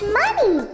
money